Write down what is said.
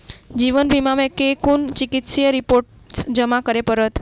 जीवन बीमा मे केँ कुन चिकित्सीय रिपोर्टस जमा करै पड़त?